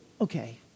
okay